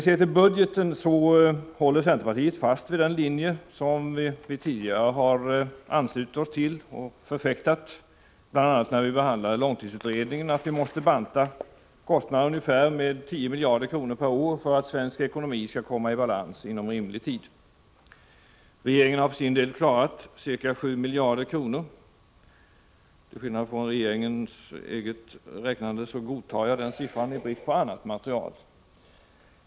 Centerpartiet håller fast vid den linje som vi tidigare har anslutit oss till, bl.a. när vi behandlade långtidsutredningen. Vi menar att budgeten måste bantas med omkring 10 miljarder kronor per år för att svensk ekonomi skall komma i balans inom rimlig tid. Regeringen har för sin del klarat av att spara ca 7 miljarder kronor. Till skillnad från hur det går till vid regeringens eget räknande godtar jag, i brist på annat material, denna siffra.